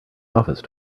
office